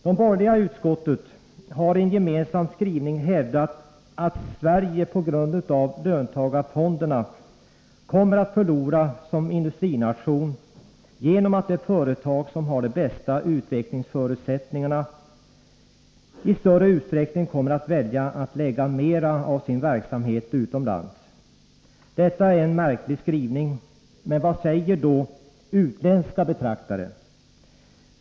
De borgerliga i utskottet har i en gemensam skrivning hävdat, att Sverige på grund av löntagarfonderna kommer att förlora som industrination genom att de företag som har de bästa utvecklingsförutsättningarna i större utsträckning kommer att välja att lägga mer av sin verksamhet utomlands. Detta är en märklig skrivning. Men vad säger då utländska betraktare?